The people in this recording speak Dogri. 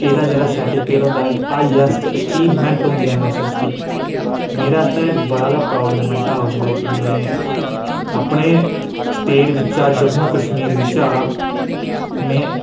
जेह्ड़ा सर्टीफिकेट होंदा हाईऐस्ट अचीबमैंट होंदी एन एस एस दी मेरे आस्तै बड़ा गै प्राउड़ मूवमेंट हा उसलै कि में अपनी स्टेट चा जम्मू कश्मीर चा में